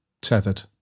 tethered